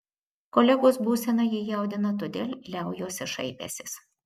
kolegos būsena jį jaudina todėl liaujuosi šaipęsis